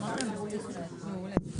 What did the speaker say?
באו וקבעו כי המדרג הבסיסי של מקצוע הפרמדיק,